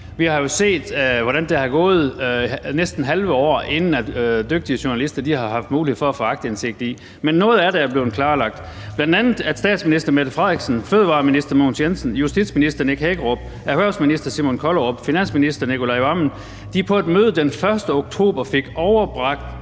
Vi har jo set, at der næsten er gået halve år, inden dygtige journalister har haft mulighed for at få aktindsigt. Men noget af det er blevet klarlagt, bl.a. at statsminister Mette Frederiksen, fødevareminister Mogens Jensen, justitsminister Nick Hækkerup, erhvervsminister Simon Kollerup, finansminister Nicolai Wammen på et møde den 1. oktober fik overbragt